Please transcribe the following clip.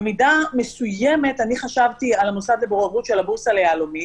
במידה מסוימת אני חשבתי על המוסד לבוררות של הבורסה ליהלומים.